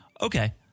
okay